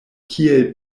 kiel